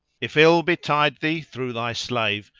if ill betide thee through thy slave,